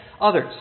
others